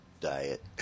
diet